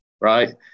right